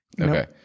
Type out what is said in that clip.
Okay